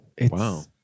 Wow